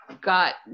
got